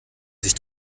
sich